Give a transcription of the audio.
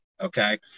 Okay